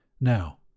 Now